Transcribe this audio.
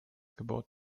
gebot